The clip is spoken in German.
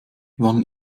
wann